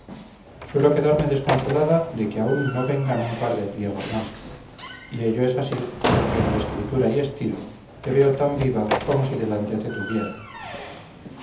suelo quedarme desconsolada de que aún no vengan un par de pliegos más y ello es así porque en tu escritura y estilo te veo tan viva como si delante te tuviera